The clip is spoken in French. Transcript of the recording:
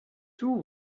tout